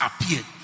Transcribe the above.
appeared